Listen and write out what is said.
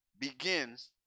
begins